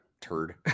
turd